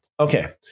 Okay